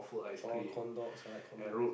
or corn dogs I like corn dogs